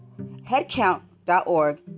Headcount.org